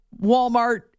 Walmart